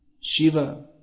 Shiva